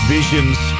Vision's